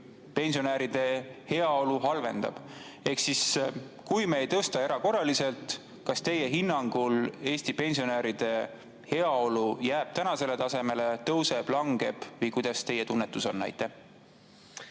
pensionäride heaolu halvendab. Kui me ei tõsta [pensione] erakorraliselt, kas teie hinnangul Eesti pensionäride heaolu jääb tänasele tasemele, tõuseb või langeb või kuidas teie tunnetus on?